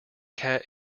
cat